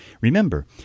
Remember